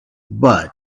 but